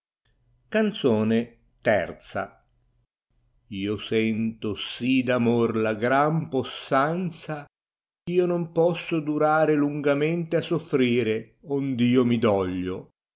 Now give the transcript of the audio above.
canzone ih lo sento si d amor la gran possanza ch io non posso durare lungamente a soffrire ond io mi doglio